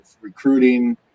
recruiting